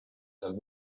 seal